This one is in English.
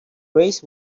raised